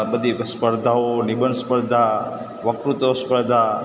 બધી સ્પર્ધાઓ નિબંધ સ્પર્ધા વક્તૃત્ત્વ સ્પર્ધા